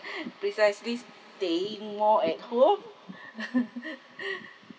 precisely staying more at home